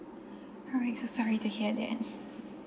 alright so sorry to hear that